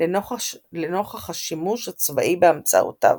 לנוכח השימוש הצבאי בהמצאותיו.